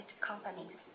companies